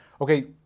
okay